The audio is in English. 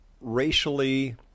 racially